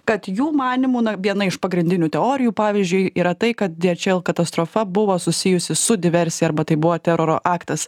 kad jų manymu viena iš pagrindinių teorijų pavyzdžiui yra tai kad dieičel katastrofa buvo susijusi su diversija arba tai buvo teroro aktas